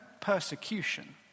persecution